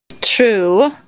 true